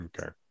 Okay